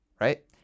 right